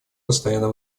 постоянно